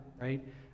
right